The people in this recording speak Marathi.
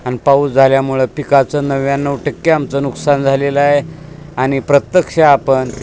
आणि पाऊस झाल्यामुळं पिकाचं नव्याण्णव टक्के आमचं नुकसान झालेलं आहे आणि प्रत्यक्ष आपण